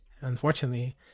Unfortunately